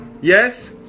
Yes